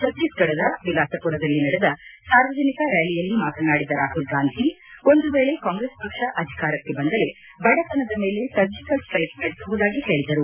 ಛತ್ತೀಸಗಢದ ಬಿಲಾಸಪುರದಲ್ಲಿ ನಡೆದ ಸಾರ್ವಜನಿಕ ರ್ಜಾಲಿಯಲ್ಲಿ ಮಾತನಾಡಿದ ರಾಹುಲ್ ಗಾಂಧಿ ಒಂದು ವೇಳೆ ಕಾಂಗ್ರೆಸ್ ಪಕ್ಷ ಅಧಿಕಾರಕ್ಕೆ ಬಂದರೆ ಬಡತನದ ಮೇಲೆ ಸರ್ಜಿಕಲ್ ಸ್ಟೈಕ್ ನಡೆಸುವುದಾಗಿ ಹೇಳಿದರು